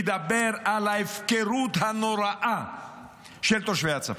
ידבר על ההפקרה הנוראה של תושבי הצפון.